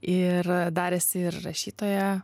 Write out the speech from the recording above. ir dar esi ir rašytoja